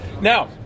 Now